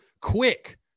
quick